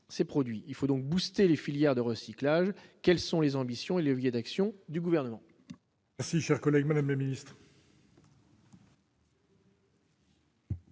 il faut donc boosté les filières de recyclage, quelles sont les ambitions et leviers d'action du gouvernement.